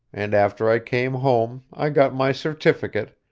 and after i came home i got my certificate,